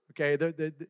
okay